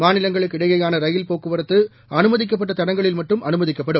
மாநிலங்களுக்குஇடையேயானரயில்போக்குவரத்துஅனும திக்கப்பட்டதடங்களில்மட்டும்அனுமதிக்கப்படும்